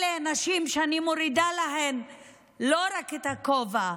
אלה נשים שאני מורידה לפניהן לא רק את הכובע,